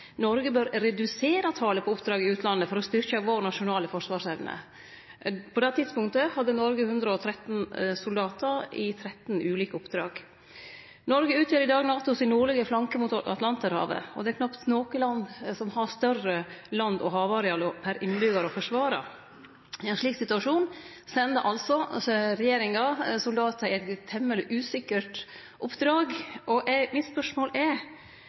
Noreg bør redusere talet på oppdrag i utlandet for å styrkje vår nasjonale forsvarsevne. På det tidspunktet hadde Noreg 113 soldatar i 13 ulike oppdrag. Noreg utgjer i dag NATO sin nordlege flanke mot Atlanterhavet, og det er knapt noko land som har større land og havareal per innbyggjar å forsvare. I ein slik situasjon sender altså regjeringa soldatar i eit temmeleg usikkert oppdrag, og mitt spørsmål er: